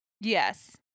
Yes